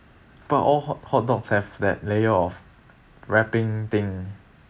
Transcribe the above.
so all hot hot dogs have that layer of wrapping thing